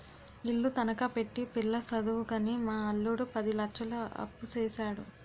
ఇల్లు తనఖా పెట్టి పిల్ల సదువుకని మా అల్లుడు పది లచ్చలు అప్పుసేసాడు